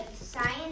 science